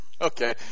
Okay